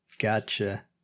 Gotcha